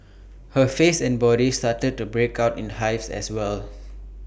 her face and body started to break out in hives as well